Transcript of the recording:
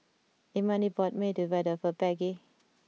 Imani bought Medu Vada for Peggie